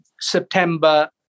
September